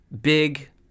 big